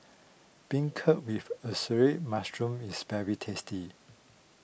Beancurd with Assorted Mushrooms is very tasty